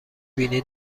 بینی